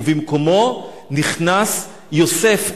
ובמקומו נכנס יוסף.